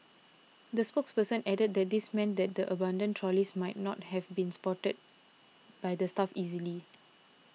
the spokesperson added that this meant that the abandoned trolleys might not have been spotted by the staff easily